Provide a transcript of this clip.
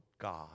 God